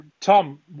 tom